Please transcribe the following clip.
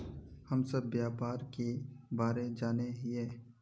हम सब व्यापार के बारे जाने हिये?